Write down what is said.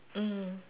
mm